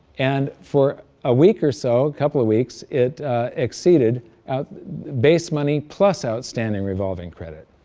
and for a week or so, a couple of weeks, it exceeded base money plus outstanding revolving credit.